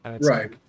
right